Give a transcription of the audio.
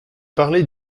parler